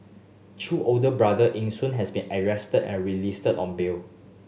Chew older brother Eng Soon has been arrested and released on bail